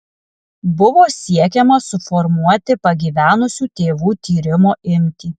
buvo siekiama suformuoti pagyvenusių tėvų tyrimo imtį